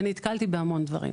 ונתקלתי בהמון דברים.